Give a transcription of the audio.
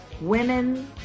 Women